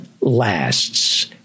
lasts